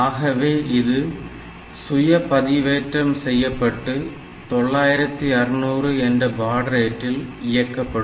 ஆகவே இது சுய மறுபதிவேற்றம் செய்யப்பட்டு 9600 என்ற பாட் ரேட்டில் இயக்கப்படும்